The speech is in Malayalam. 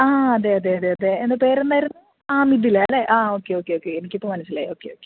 ആ അതെ അതെ അതെ എന്താ പേരെന്തായിരുന്നു ആ മിഥുല അല്ലേ ആ ഓക്കെ ഓക്കെ ഓക്കെ എനിക്ക് ഇപ്പോൾ മനസ്സിലായി ഒക്കെ ഓക്കെ ഓക്കെ